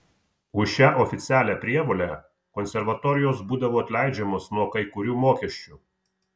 už šią oficialią prievolę konservatorijos būdavo atleidžiamos nuo kai kurių mokesčių